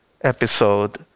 episode